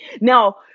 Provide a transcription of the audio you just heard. Now